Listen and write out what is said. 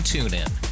TuneIn